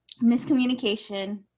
Miscommunication